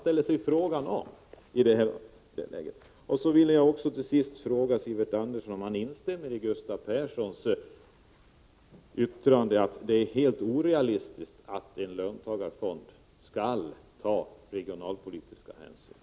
Till sist vill jag fråga Sivert Andersson om han instämmer i Gustav Perssons yttrande att det är helt orealistiskt att en löntagarfond skall ta regionalpolitiska hänsyn.